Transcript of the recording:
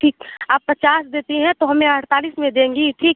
ठीक आप पचास देती हैं तो हमें अड़तालीस में देंगी ठीक